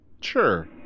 Sure